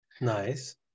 Nice